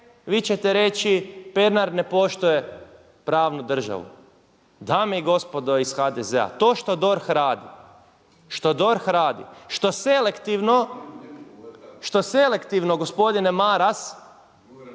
Vi ćete reći Pernar ne poštuje pravnu državu. Dame i gospodo iz HDZ-a, to što DORH radi, što selektivno gospodine Maras